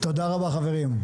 תודה רבה, חברים.